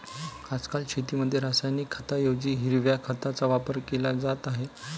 आजकाल शेतीमध्ये रासायनिक खतांऐवजी हिरव्या खताचा वापर केला जात आहे